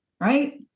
right